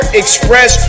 express